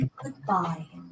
goodbye